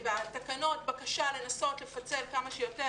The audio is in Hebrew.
בתקנות יש בקשה לנסות לפצל כמה שיותר